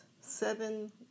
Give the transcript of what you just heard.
seven